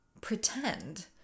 pretend